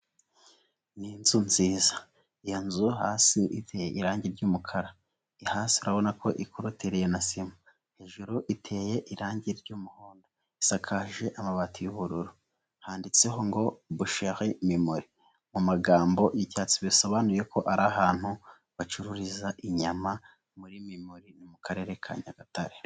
Ni inzu nziza, iyo nzu hasi iteye irangi ry'umukara, hasi urabona ko ikorotereye na sima, hejuru iteye irangi ry'umuhondo, isakaje amabati y'ubururu , handitseho ngo butcher Mimuli mu magambo y'icyatsi, bisobanuye ko ari ahantu bacururiza inyama, muri Mimuli ni mu karere ka Nyagatare.